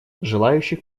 желающих